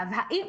האם,